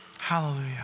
hallelujah